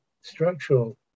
structural